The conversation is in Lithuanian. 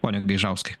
pone gaižauskai